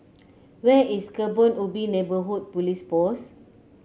where is Kebun Ubi Neighbourhood Police Post